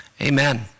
Amen